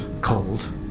cold